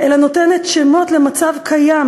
אלא נותנת שמות למצב קיים,